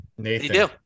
Nathan